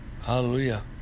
Hallelujah